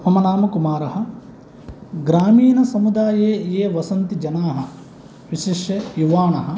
मम नाम कुमारः ग्रामीणसमुदाये ये वसन्ति जनाः विशिष्य युवानः